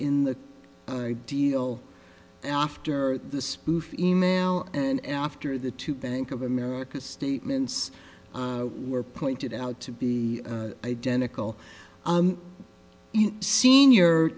in the deal after the spoof email and after the two bank of america statements were pointed out to be identical senior